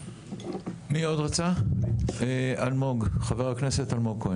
חבר הכנסת אלמוג כהן.